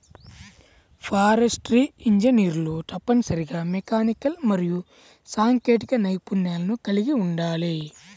forestry ఇంజనీర్లు తప్పనిసరిగా mechanical మరియు సాంకేతిక నైపుణ్యాలను కలిగి ఉండాలి